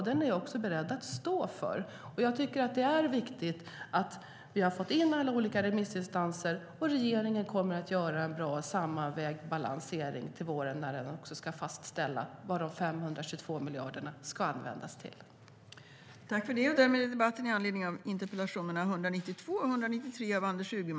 Den är jag också beredd att stå för. Jag tycker att det är viktigt att vi har fått in synpunkter från alla olika remissinstanser. Regeringen kommer att göra en bra sammanvägd balansering till våren när den ska fastställa vad de 522 miljarderna ska användas till.